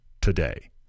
today